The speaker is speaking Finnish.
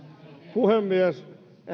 puhemies